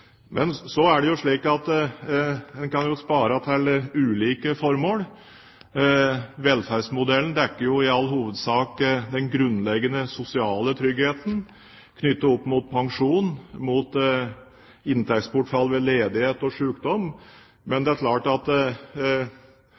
Men så kan en jo spare til ulike formål. Velferdsmodellen dekker i all hovedsak den grunnleggende sosiale tryggheten knyttet opp mot pensjon og mot inntektsbortfall ved ledighet og sykdom, men det er klart at